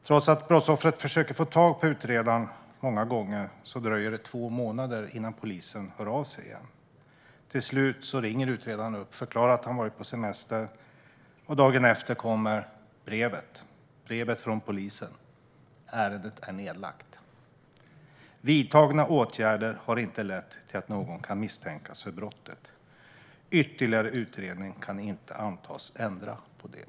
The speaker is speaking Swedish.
Trots att brottsoffret försöker få tag på utredaren många gånger dröjer det två månader innan polisen hör av sig igen. Till slut ringer utredaren upp och förklarar att han varit på semester. Dagen efter kommer brevet från polisen: Ärendet är nedlagt. Vidtagna åtgärder har inte lett till att någon kan misstänkas för brottet. Ytterligare utredning kan inte antas ändra på det.